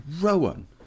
Rowan